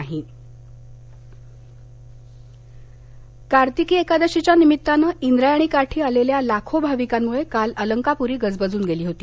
कार्तिकीएकादशी कार्तिकी एकादशीच्या निमित्तानं इंद्रायणी काठी आलेल्या लाखो भाविकांमुळं काल अलंकाप्री गजबजून गेली होती